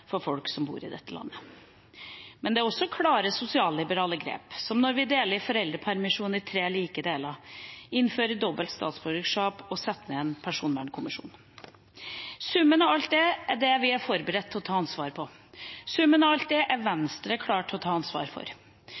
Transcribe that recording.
for folk som bor i dette landet. Det tas også klare sosialliberale grep, som når vi deler foreldrepermisjonen i tre like deler, innfører dobbelt statsborgerskap og setter ned en personvernkommisjon. Summen av alt dette er vi forberedt på å ta ansvar for. Summen av alt dette er Venstre klar til å ta ansvar for.